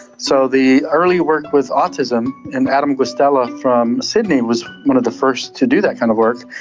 so the earlier work with autism, and adam guastella from sydney was one of the first to do that kind of work,